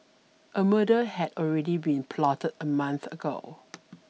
a murder had already been plotted a month ago